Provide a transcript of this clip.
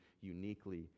uniquely